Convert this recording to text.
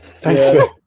Thanks